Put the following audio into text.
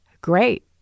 Great